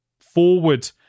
forward